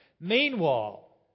Meanwhile